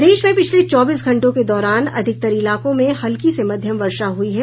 प्रदेश में पिछले चौबीस घंटों के दौरान अधिकतर इलाकों में हल्की से मध्यम वर्षा हुई है